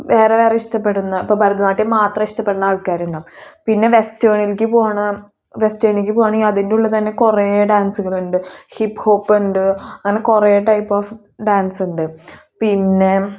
വേറെ വേറെ ഇഷ്ടപ്പെടുന്ന ഇപ്പം ഭാരതനാട്യം മാത്രം ഇഷ്ടപ്പെടുന്ന ആൾക്കാർ ഉണ്ടാകും പിന്നെ വെസ്റ്റേണിലേക്ക് പോകണം വെസ്റ്റേണിലേക്ക് പോണമെങ്കിൽ അതിൻ്റെ ഉള്ളിൽ തന്നെ കുറെ ഡാൻസുകളുണ്ട് ഹിപ്പ് ഹോപ്പ് ഉണ്ട് അങ്ങനെ കുറെ ടൈപ്പ് ഓഫ് ഡാൻസ് ഉണ്ട് പിന്നെ